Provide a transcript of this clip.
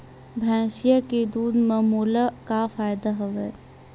भैंसिया के दूध म मोला का फ़ायदा हवय?